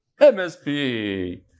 MSP